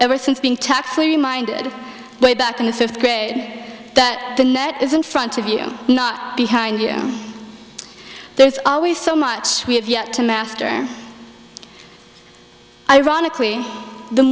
ever since being tactfully reminded way back in the fifth grade that the net is in front of you not behind you there's always so much we have yet to master ironically the